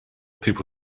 people